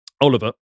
Oliver